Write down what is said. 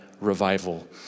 revival